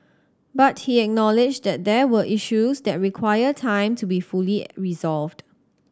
but he acknowledged that there were issues that require time to be fully resolved